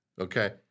Okay